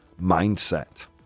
mindset